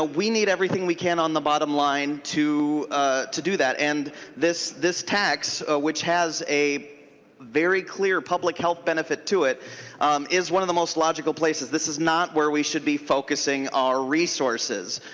ah we need everything we can on the bottom line to to do that. and this this tax which has a very clear public health that of it to it is one of the most logical places. this is not where we should be focusing our resources.